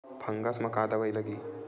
Fungus म का दवाई लगी?